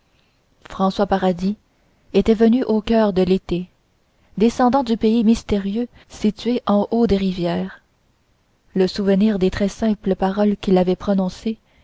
françois paradis était venu au coeur de l'été descendu du pays mystérieux situé en haut des rivières le souvenir des très simples paroles qu'il avait prononcées